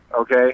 okay